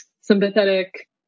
sympathetic